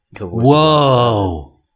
Whoa